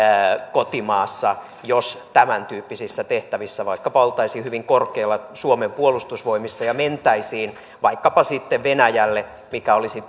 kotimaassa jos tämäntyyppisissä tehtävissä vaikkapa oltaisiin hyvin korkealla suomen puolustusvoimissa ja mentäisiin vaikkapa sitten venäjälle mikä olisi